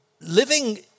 living